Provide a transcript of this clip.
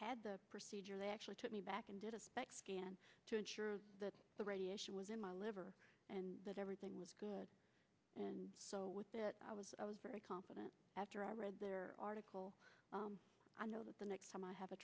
had the procedure they actually took me back and did a spec scan to ensure that the radiation was in my liver and that everything was good and so i was i was very confident after i read their article i know that the next time i have a